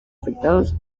afectados